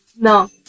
no